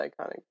iconic